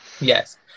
yes